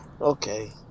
Okay